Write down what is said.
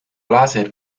laser